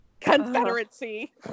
Confederacy